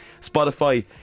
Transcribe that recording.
Spotify